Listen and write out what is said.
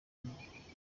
impuhwe